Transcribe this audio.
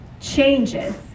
changes